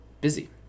busy